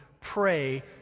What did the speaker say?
pray